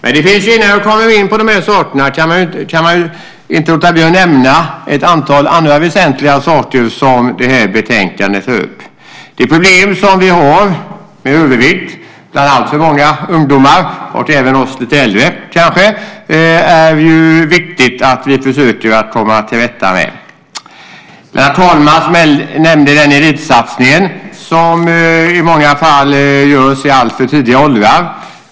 Innan jag kommer in på de sakerna kan jag inte låta bli att nämna ett antal andra väsentliga saker som tas upp i det här betänkandet. De problem vi har med övervikt bland alltför många ungdomar och kanske även bland oss lite äldre är det viktigt att vi försöker komma till rätta med. Lennart Kollmats nämnde den elitsatsning som i många fall sker i alltför tidig ålder.